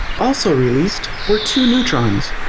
also released were two neutrons.